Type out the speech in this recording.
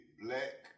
black